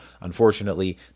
unfortunately